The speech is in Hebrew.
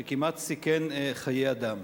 שכמעט סיכנה חיי אדם.